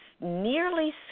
nearly